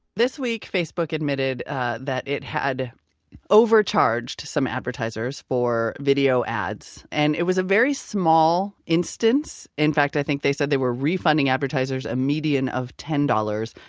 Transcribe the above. this week, facebook admitted that it had overcharged some advertisers for video ads, and it was a very small instance. in fact, i think they said they were refunding advertisers a median of ten dollars.